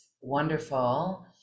wonderful